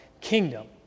kingdom